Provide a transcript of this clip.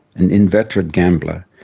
an inveterate gambler,